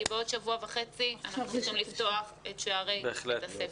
בעוד שבוע וחצי אנחנו רוצים לפתוח את שנת הלימודים.